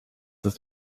ist